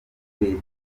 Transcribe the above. leta